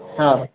ಹಾಂ